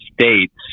States